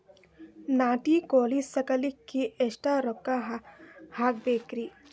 ನಾಟಿ ಕೋಳೀ ಸಾಕಲಿಕ್ಕಿ ಎಷ್ಟ ರೊಕ್ಕ ಹಾಕಬೇಕ್ರಿ?